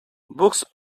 books